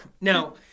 Now